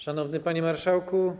Szanowny Panie Marszałku!